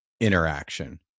interaction